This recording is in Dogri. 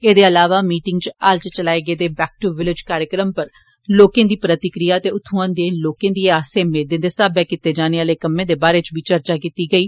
एदे इलावा मीटिंगा च हाल च चलाए गेदे 'बैक टू विलेज' कार्यक्रम पर लोकें दी प्रतिक्रिया ते उत्थे लोकें दियें आर्से मेर्दे दे साब्बै कीते जाने आले कम्में दे बारै च चर्चा कीती गेई